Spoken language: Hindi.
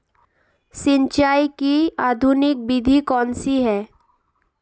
सिंचाई की आधुनिक विधि कौनसी हैं?